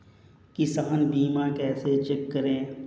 किसान बीमा कैसे चेक करें?